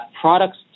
products